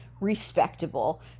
respectable